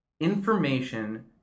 information